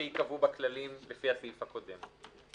שייקבעו בכללים לפי הסעיף הקודם.